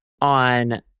on